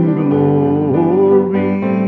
glory